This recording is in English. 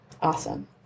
awesome